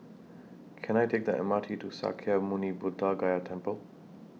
Can I Take The M R T to Sakya Muni Buddha Gaya Temple